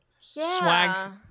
swag